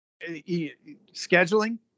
scheduling